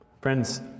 Friends